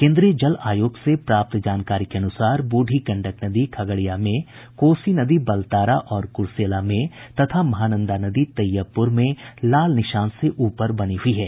केन्द्रीय जल आयोग से प्राप्त जानकारी के अनुसार बूढ़ी गंडक नदी खगड़िया में कोसी नदी बलतारा और कुरसेला में तथा महानंदा नदी तैयबपुर में लाल निशान से ऊपर बनी हुई है